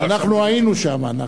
לכן, זה, בין הרעים לבין הטובים.